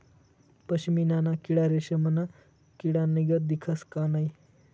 पशमीना ना किडा रेशमना किडानीगत दखास का नै